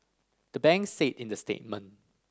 the banks said in the statement